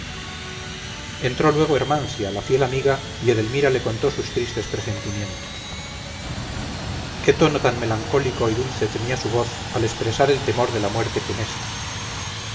entró luego hermancia la fiel amiga y edelmira le contó sus tristes presentimientos qué tono tan melancólico y dulce tenía su voz al expresar el temor de la muerte funesta